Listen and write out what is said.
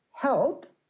help